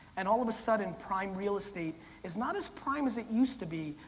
and all of a sudden, prime real estate is not as prime as it used to be,